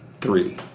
three